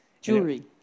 Jewelry